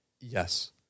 Yes